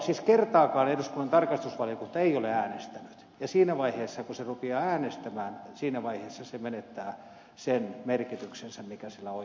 siis kertaakaan eduskunnan tarkastusvaliokunta ei ole äänestänyt ja siinä vaiheessa kun se rupeaa äänestämään se menettää sen merkityksen mikä sillä oikeasti on